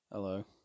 Hello